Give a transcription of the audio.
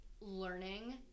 learning